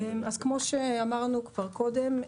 כמו שאמרנו קודם,